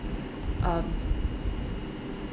um